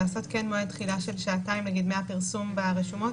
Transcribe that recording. לעשות כן מועד תחילה של שעתיים מהפרסום ברשומות